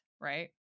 right